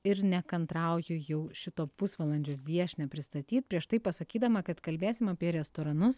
ir nekantrauju jau šito pusvalandžio viešnią pristatyt prieš tai pasakydama kad kalbėsim apie restoranus